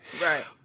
Right